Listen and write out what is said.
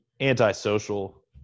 antisocial